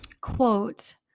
quote